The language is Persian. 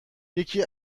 یکی